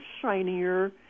shinier